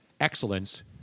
excellence